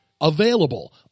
available